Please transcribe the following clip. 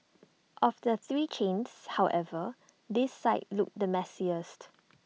of the three chains however this site looks the messiest